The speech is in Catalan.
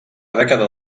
dècada